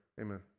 amen